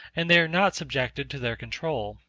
and they are not subjected to their control.